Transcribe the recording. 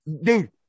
dude